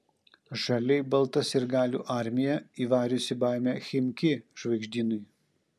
žaliai balta sirgalių armija įvariusi baimę chimki žvaigždynui